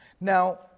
Now